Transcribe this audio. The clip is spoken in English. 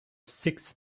sixth